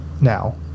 now